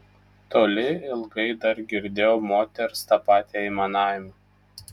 toli ilgai dar girdėjau moters tą patį aimanavimą